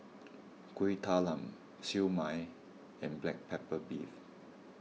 Kueh Talam Siew Mai and Black Pepper Beef